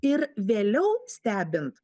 ir vėliau stebint